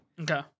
Okay